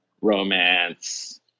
romance